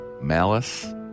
malice